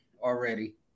already